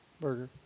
Burger